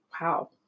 Wow